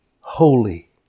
holy